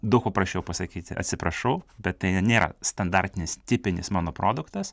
daug paprasčiau pasakyti atsiprašau bet tai nėra standartinis tipinis mano produktas